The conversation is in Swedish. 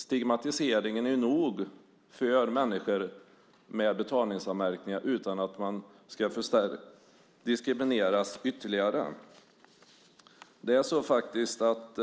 Stigmatiseringen är svår nog för människor som har en betalningsanmärkning utan att de ska diskrimineras ytterligare. Det är faktiskt så att